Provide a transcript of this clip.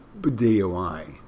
DOI